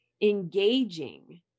engaging